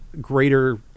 greater